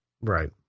Right